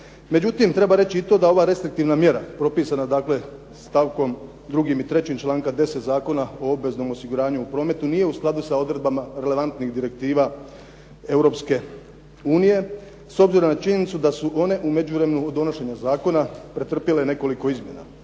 Međutim, treba reći i to da ova restriktivna mjera propisana dakle stavkom 2. i 3. članka 10. Zakona o obveznom osiguranju u prometu nije u skladu sa odredbama relevantnih direktiva Europske unije s obzirom na činjenicu da su one u međuvremenu od donošenja zakona pretrpjele nekoliko izmjena.